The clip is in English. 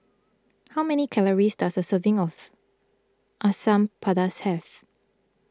how many calories does a serving of Asam Pedas have